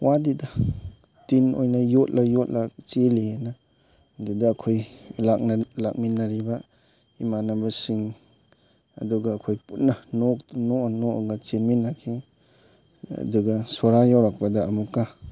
ꯋꯥꯗꯦꯗ ꯇꯤꯟ ꯑꯣꯏꯅ ꯌꯣꯠꯂ ꯌꯣꯠꯂ ꯆꯦꯜꯂꯤ ꯍꯥꯏꯅ ꯑꯗꯨꯗ ꯑꯩꯈꯣꯏ ꯂꯥꯛꯃꯤꯟꯅꯔꯤꯕ ꯏꯃꯥꯟꯅꯕꯁꯤꯡ ꯑꯗꯨꯒ ꯑꯩꯈꯣꯏ ꯄꯨꯟꯅ ꯅꯣꯛꯑ ꯅꯣꯛꯑꯒ ꯆꯦꯟꯃꯤꯟꯅꯈꯤ ꯑꯗꯨꯒ ꯁꯣꯔꯥ ꯌꯧꯔꯛꯄꯗ ꯑꯃꯨꯛꯀ